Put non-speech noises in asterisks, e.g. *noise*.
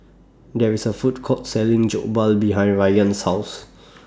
There IS A Food Court Selling Jokbal behind Rian's House *noise*